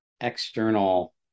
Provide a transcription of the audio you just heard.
external